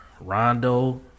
Rondo